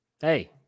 Hey